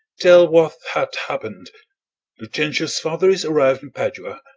tell what hath happened lucentio's father is arriv'd in padua,